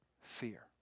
fear